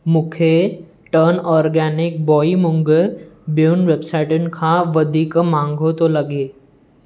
मूंखे ton organic बोहीमुङ ॿियुनि वेबसाइटुनि खां वधीक महांगो थो लॻे